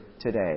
today